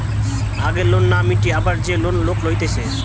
আগের লোন না মিটিয়ে আবার যে লোন লোক লইতেছে